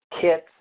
kits